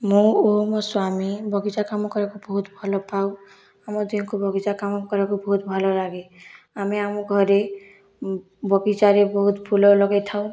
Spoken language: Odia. ମୁଁ ଓ ମୋ ସ୍ଵାମୀ ବଗିଚା କାମ କରିବାକୁ ବହୁତ ଭଲ ପାଉ ଆମ ଦୁହିଁକୁ ବଗିଚା କାମ କରିବାକୁ ବହୁତ ଭଲ ଲାଗେ ଆମେ ଆମ ଘରେ ବଗିଚାରେ ବହୁତ ଫୁଲ ଲଗାଇ ଥାଉ